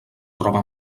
troba